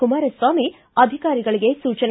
ಕುಮಾರಸ್ವಾಮಿ ಅಧಿಕಾರಿಗಳಿಗೆ ಸೂಚನೆ